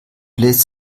bläst